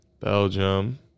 Belgium